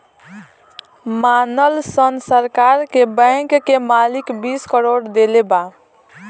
मानल सन सरकार के बैंक के मालिक बीस करोड़ देले बा